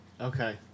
Okay